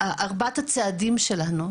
ארבעת הצעדים שלנו,